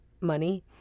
money